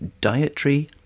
dietary